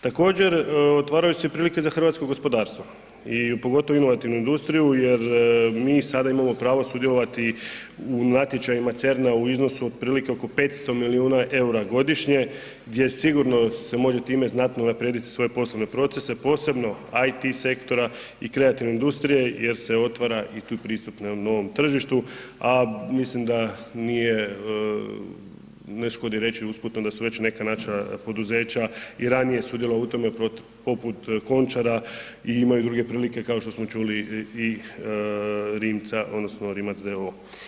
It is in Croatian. Također otvaraju se prilike za hrvatsko gospodarstvo i pogotovo inovativnu industriju jer mi sada imamo pravo sudjelovati u natječajima CERN-a u iznosu otprilike oko 500 milijuna EUR-a godišnje gdje sigurno se može time znatno unaprijedit svoje poslovne procese, posebno IT-sektora i kreativne industrije jer se otvara i tu pristup novom tržištu, a mislim da nije, ne škodi reći usputno da su već neka naša poduzeća i ranije sudjelovala u tome, poput Končara i imaju druge prilike kao što smo čuli i Rimca odnosno Rimac d.o.o.